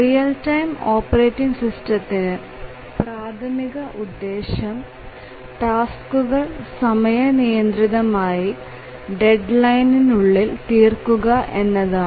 real time operating സിസ്റ്റത്തിന് പ്രാഥമിക ഉദ്ദേശം എന്നത് ടാസ്കുകൾ സമയനിയന്ത്രിതമായ ഡെഡ്ലൈനുകൾക്കുള്ളിൽ തീർക്കുക എന്നതാണ്